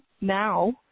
now